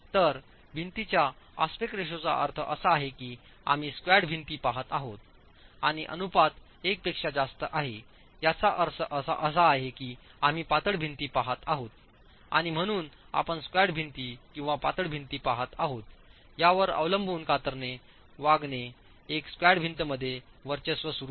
तर भिंतीच्या आस्पेक्ट रेशोचा अर्थ असा आहे की आम्ही स्क्वॅट भिंती पहात आहोत आणि अनुपात 1 पेक्षा जास्त आहे याचा अर्थ असा आहे की आम्ही पातळ भिंती पहात आहोत आणि म्हणून आपण स्क्वाट भिंती किंवा पातळ भिंती पहात आहोत यावर अवलंबून कातरणे वागणे एक स्क्वॅट भिंत मध्ये वर्चस्व सुरू होते